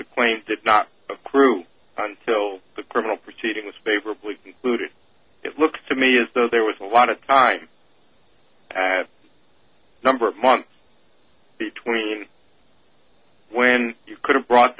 the point did not approve the criminal proceedings favorably concluded it looks to me as though there was a lot of time number of months between when you could have brought